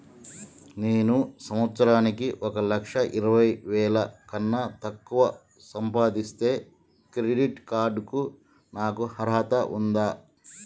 నేను సంవత్సరానికి ఒక లక్ష ఇరవై వేల కన్నా తక్కువ సంపాదిస్తే క్రెడిట్ కార్డ్ కు నాకు అర్హత ఉందా?